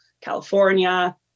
California